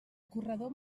corredor